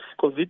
COVID